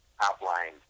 outlined